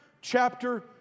chapter